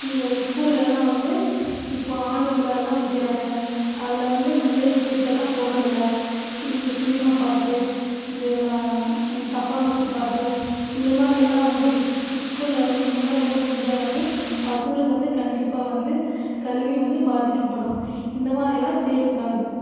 இங்கே ஸ்கூல்லலாம் வந்து இப்போ ஆண்டுவிழாலாம் வைக்கிறாங்க அதில் வந்து நல்ல விஷயத்தெல்லாம் போடுகிறது இல்லை இந்த சினிமா பாட்டு இந்த என்ன டப்பாங் குத்து பாட்டு இந்தமாதிரிலாம் வந்து இஸ்கூலில் வந்து இதுமாதிரி எல்லாம் செஞ்சால் வந்து பசங்களுக்கு வந்து கண்டிப்பாக வந்து கல்வி வந்து பாதிக்கப்படும் இந்தமாதிரிலாம் செய்யக்கூடாது